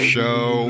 Show